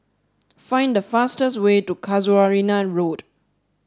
find the fastest way to Casuarina Road